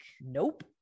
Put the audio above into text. nope